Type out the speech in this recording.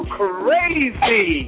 crazy